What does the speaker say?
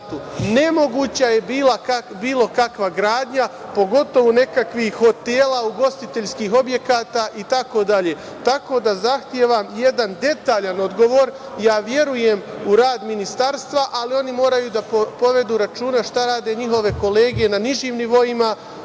nemoguća je bilo kakva gradnja, pogotovo nekakvih hotela, ugostiteljskih objekata, itd, tako da zahtevam jedan detaljan odgovor. Ja verujem u rad ministarstva, ali oni moraju da povedu računa šta rade njihove kolege na nižim nivoima,